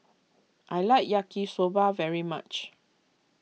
I like Yaki Soba very much